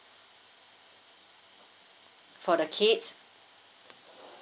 for the kids